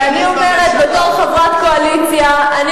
אני אומרת בתור חברת הקואליציה: אני